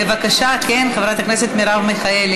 בבקשה, חברת הכנסת מרב מיכאלי.